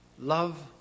Love